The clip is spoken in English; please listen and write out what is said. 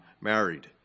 married